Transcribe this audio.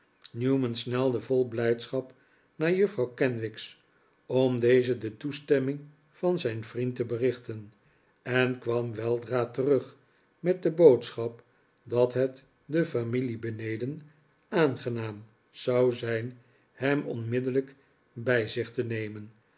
newman snelde vol blijdschap naar juffrouw kenwigs om deze de toestemming van zijn vriend te berichten en kwam weldra terug met de boodschap dat het de familie beneden aangenaam zou zijn hem onmiddellijk bij zich te zien